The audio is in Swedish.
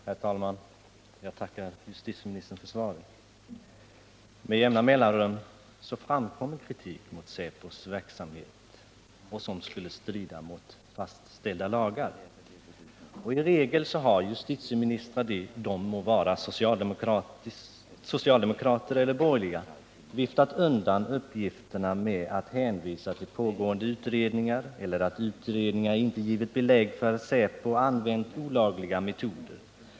Herr talman! Jag tackar justitieministern för svaret. Med jämna mellanrum framkommer kritik mot säpos verksamhet för att den skulle strida mot fastställda lagar. I regel har justitieministrarna — de må ha varit socialdemokrater eller borgerliga — viftat undan sådana uppgifter genom att hänvisa till pågående utredningar eller genom att meddela att utredning inte givit belägg för att säpo använt olagliga metoder.